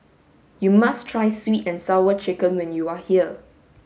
you must try sweet and sour chicken when you are here